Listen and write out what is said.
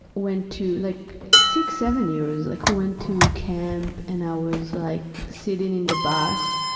went to, like six, seven years, like went to camp and i was like sitting in the bus,